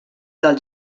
del